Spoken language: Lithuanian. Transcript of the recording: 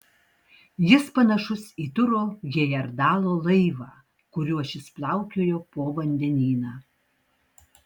jis panašus į turo hejerdalo laivą kuriuo šis plaukiojo po vandenyną